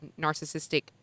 narcissistic